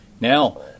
Now